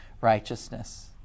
righteousness